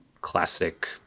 classic